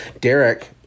Derek